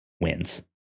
Wins